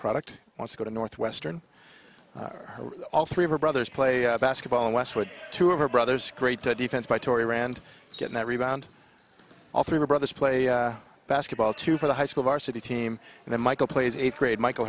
product want to go to northwestern all three of her brothers play basketball in westwood two of her brothers great defense by tori rand getting that rebound all three brothers play basketball two for the high school varsity team and then michael plays eighth grade michael